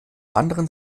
anderen